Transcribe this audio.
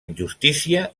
injustícia